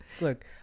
Look